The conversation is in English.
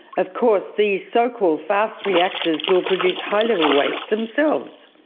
of course these so-called fast reactors will produce high level waste themselves.